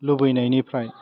लुबैनायनिफ्राय